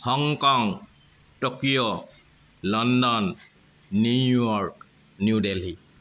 Hong Kong Tokyo London New York New Delhi